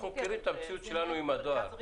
אנחנו פשוט מכירים את המציאות שלנו עם הדואר.